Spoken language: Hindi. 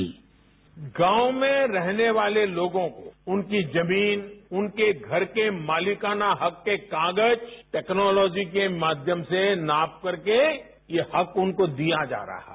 साउंड बाईट गांव में रहने वाले लोगों को उनकी जमीन उनके घर के मालिकाना हक के कागज टेक्नोलॉजी के माध्यम से नाप करके ये हक उनको दिया जा रहा है